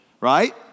right